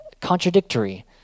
contradictory